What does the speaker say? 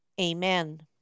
Amen